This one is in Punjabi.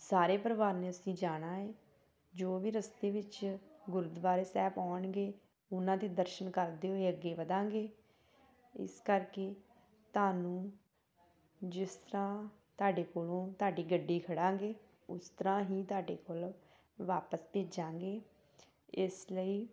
ਸਾਰੇ ਪਰਿਵਾਰ ਨੇ ਅਸੀਂ ਜਾਣਾ ਹੈ ਜੋ ਵੀ ਰਸਤੇ ਵਿੱਚ ਗੁਰਦੁਆਰੇ ਸਾਹਿਬ ਆਉਣਗੇ ਉਹਨਾਂ ਦੇ ਦਰਸ਼ਨ ਕਰਦੇ ਹੋਏ ਅੱਗੇ ਵਧਾਂਗੇ ਇਸ ਕਰਕੇ ਤੁਹਾਨੂੰ ਜਿਸ ਤਰ੍ਹਾਂ ਤੁਹਾਡੇ ਕੋਲੋਂ ਤੁਹਾਡੀ ਗੱਡੀ ਖੜਾਂਗੇ ਉਸ ਤਰ੍ਹਾਂ ਹੀ ਤੁਹਾਡੇ ਕੋਲ ਵਾਪਸ ਭੇਜਾਂਗੇ ਇਸ ਲਈ